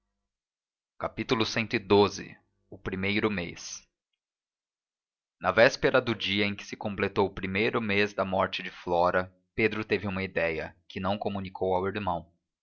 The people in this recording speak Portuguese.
das noras cxii o primeiro mês na véspera do dia em que se completou o primeiro mês da morte de flora pedro teve uma ideia que não comunicou ao